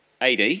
AD